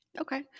Okay